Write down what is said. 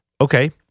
okay